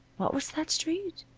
what was that street?